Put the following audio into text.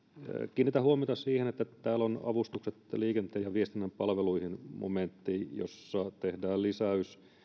kiinnitän huomiota siihen että täällä on avustukset liikenteen ja viestinnän palveluihin momentti jossa tehdään lisäys